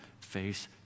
face